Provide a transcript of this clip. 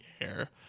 air